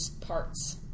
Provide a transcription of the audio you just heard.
Parts